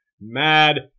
mad